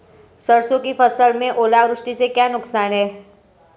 सरसों की फसल में ओलावृष्टि से क्या नुकसान है?